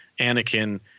Anakin